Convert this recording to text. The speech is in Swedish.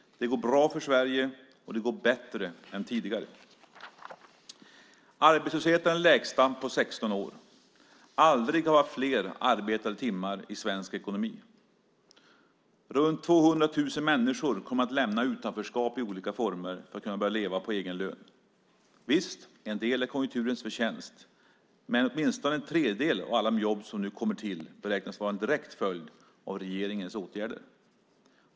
Det går bra för Sverige, och det går bättre än tidigare. Arbetslösheten är den lägsta på 16 år. Aldrig har vi haft fler arbetade timmar i svensk ekonomi. Runt 200 000 människor kommer att lämna utanförskap i olika former för att kunna börja leva på egen lön. Visst är en del konjunkturens förtjänst, men åtminstone en tredjedel av alla de jobb som nu kommer till beräknas vara en direkt följd av regeringens åtgärder.